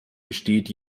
besteht